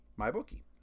MyBookie